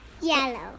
Yellow